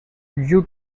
due